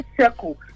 circle